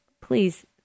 please